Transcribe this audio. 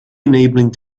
enabling